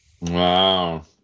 wow